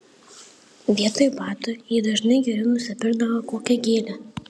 vietoj batų ji dažnai geriau nusipirkdavo kokią gėlę